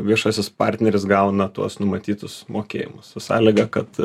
viešasis partneris gauna tuos numatytus mokėjimus su sąlyga kad